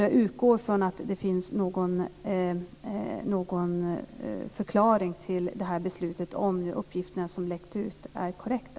Jag utgår från att det finns någon förklaring till det här beslutet, om nu uppgifterna som läckt ut är korrekta.